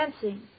dancing